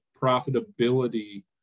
profitability